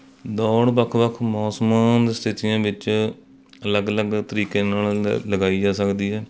ਦੌੜ ਵੱਖ ਵੱਖ ਮੌਸਮ ਸਥਿਤੀਆਂ ਵਿੱਚ ਅਲੱਗ ਅਲੱਗ ਤਰੀਕੇ ਨਾਲ ਲ ਲਗਾਈ ਜਾ ਸਕਦੀ ਹੈ